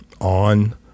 on